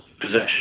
Possession